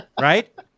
right